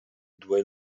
due